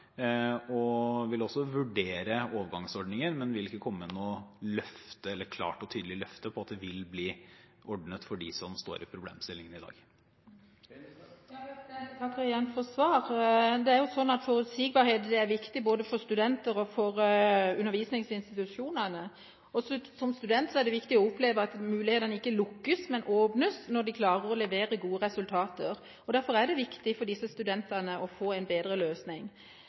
vil også vurdere overgangsordninger, men vil ikke komme med noe klart og tydelig løfte om at det vil bli ordnet for dem som står i problemstillingen i dag. Jeg takker igjen for svaret. Forutsigbarhet er viktig for både studenter og undervisningsinstitusjoner. Som student er det viktig å oppleve at mulighetene ikke lukkes, men åpnes når man klarer å levere gode resultater. Derfor er det viktig for disse studentene å få en bedre løsning.